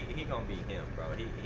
he gonna be him bro.